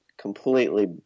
completely